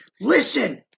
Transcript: Listen